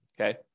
Okay